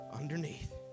underneath